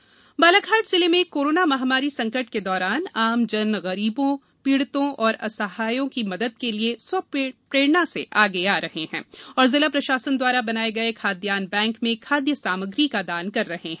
पहल बालाघाट जिले में कोरोना महामारी संकट के दौरान आम जन गरीबों पीड़ितों एवं असहायों की मदद के लिए स्वप्रेरणा से आगे आग रहे है और जिला प्रशासन द्वारा बनाये गये खाद्यान्न बैंक में खाद्य सामग्री का दान कर रहे है